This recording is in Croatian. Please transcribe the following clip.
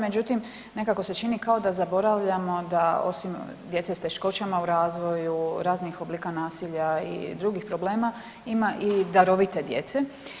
Međutim, nekako se čini kao da zaboravljamo da osim djece s teškoćama u razvoju, raznih oblika nasilja i drugih problema ima i darovite djece.